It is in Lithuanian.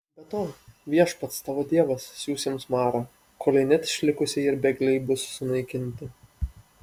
be to viešpats tavo dievas siųs jiems marą kolei net išlikusieji ir bėgliai bus sunaikinti